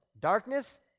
Darkness